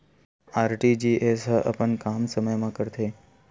RTGS ह अपन काम समय मा करथे?